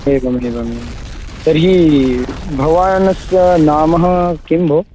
एवम् एवम् एवं तर्हि भवानस्य नामः किं भो